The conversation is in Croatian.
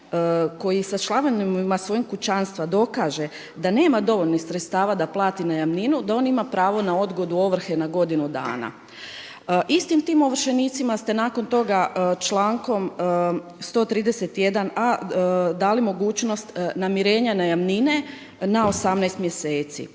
koji sa članovima svojeg kućanstva dokaže da nema dovoljno sredstava da plati najamninu da on ima pravo na odgodu ovrhe na godinu dana. Istim tim ovršenicima ste nakon toga člankom 131a dali mogućnost namirenja najamnine na 18 mjeseci.